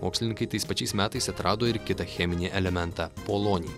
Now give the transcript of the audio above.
mokslininkai tais pačiais metais atrado ir kitą cheminį elementą polonį